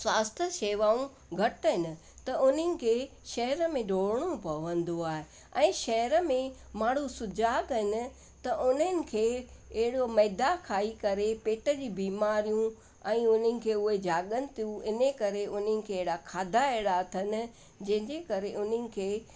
स्वास्थ्य शेवाऊं घटि आहिनि त उन्हनि खे शहर में दौड़िणो पवंदो आहे ऐं शहर में माण्हू सुॼाग आहिनि त उन्हनि खे अहिड़ो मैदा खाई करे पेट जी बीमारियूं ऐं उन्हनि खे उहे जागनि थियूं इन ई करे उन्हनि खे अहिड़ा खाधा अहिड़ा अथनि जंहिंजे करे उन्हनि खे